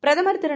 பிரதமர்திரு